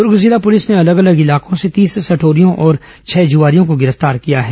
दूर्ग जिला पुलिस ने अलग अलग इलाकों से तीस सटोरियों और छह जुआरियों को गिरफ्तार किया है